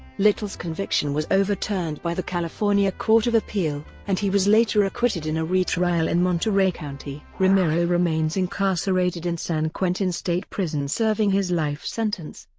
little's conviction was overturned by the california court of appeal, and he was later acquitted in a retrial in monterey county. remiro remains incarcerated in san quentin state prison serving his life sentence.